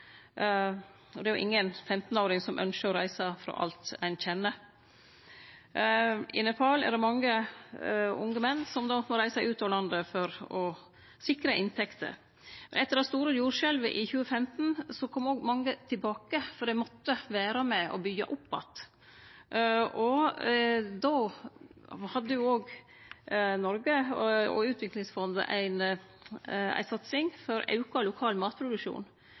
Men dei vert jo tvinga til å reise fordi dei òg skal forsørgje familien sin. Det er ingen 15-åring som ynskjer å reise frå alt ein kjenner. I Nepal er det mange unge menn som må reise ut av landet for å sikre inntekter. Etter det store jordskjelvet i 2015 kom òg mange tilbake fordi dei måtte vere med på å byggje opp att. Då hadde òg Noreg og Utviklingsfondet ei satsing for auka lokal matproduksjon